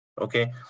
okay